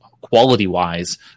quality-wise